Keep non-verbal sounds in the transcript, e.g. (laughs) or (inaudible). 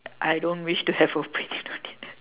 I don't wish to have opinion on it (laughs)